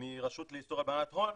מהרשות לאיסור הלבנת הון,